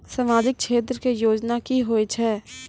समाजिक क्षेत्र के योजना की होय छै?